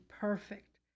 perfect